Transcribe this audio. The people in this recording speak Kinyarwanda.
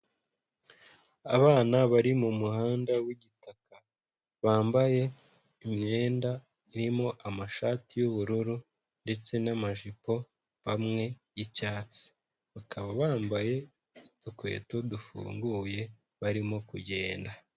Abana bari mu muhanda w'igitaka. Bambaye imyenda irimo amashati y'ubururu ndetse n'amajipo y'icyatsi, bakaba bambaye udukweto dufunguye, barimo kugenda.